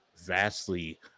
vastly